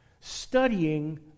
studying